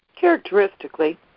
characteristically